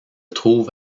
trouve